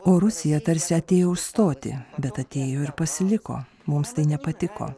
o rusija tarsi atėjo užstoti bet atėjo ir pasiliko mums tai nepatiko